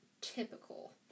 Typical